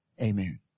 amen